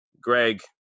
Greg